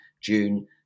June